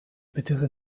bittere